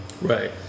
Right